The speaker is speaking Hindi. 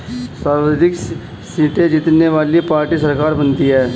सर्वाधिक सीटें जीतने वाली पार्टी सरकार बनाती है